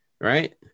right